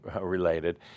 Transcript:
related